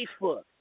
Facebook